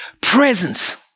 Presence